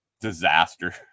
disaster